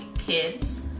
kids